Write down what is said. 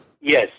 Yes